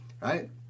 right